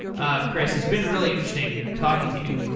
ah chris, it's been really interesting talking to you.